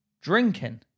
Drinking